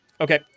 Okay